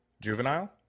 Juvenile